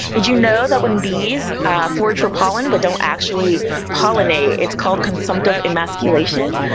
did you know that when bees forage for pollen but don't actually pollinate it's called consumptive emasculation?